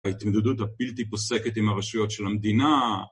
ההתמודדות הבלתי פוסקת עם הרשויות של המדינה